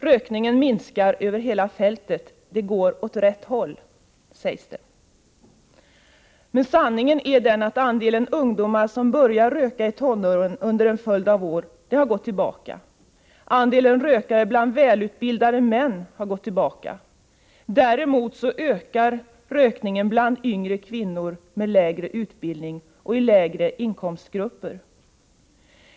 ”Rökningen minskar över hela fältet, det går åt rätt håll”, sägs det. Men sanningen är att andelen ungdomar som börjar röka i tonåren under en följd av år har gått tillbaka. Andelen rökare bland välutbildade män har gått tillbaka. Däremot ökar rökningen bland yngre kvinnor med lägre utbildning och i lägre inkomstgrupper.